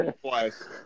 twice